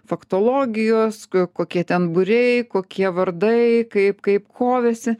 faktologijos kokie ten būriai kokie vardai kaip kaip kovėsi